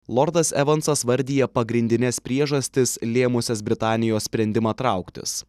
lordas evansas vardija pagrindines priežastis lėmusias britanijos sprendimą trauktis